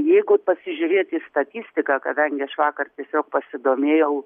jeigu pasižiūrėti į statistiką kadangi aš vakar tiesiog pasidomėjau